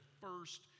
first